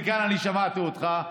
וכאן אני שמעתי אותך,